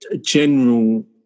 general